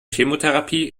chemotherapie